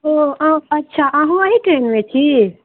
ओ अच्छा अहूँ अही ट्रेनमे छी